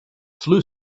flew